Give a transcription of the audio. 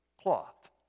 cloth